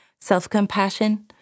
self-compassion